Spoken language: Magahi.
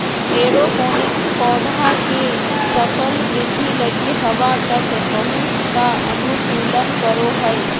एरोपोनिक्स पौधा के सफल वृद्धि लगी हवा तक पहुंच का अनुकूलन करो हइ